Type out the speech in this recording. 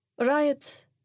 Riot